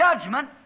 judgment